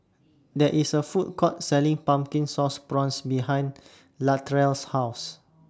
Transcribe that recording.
There IS A Food Court Selling Pumpkin Sauce Prawns behind Latrell's House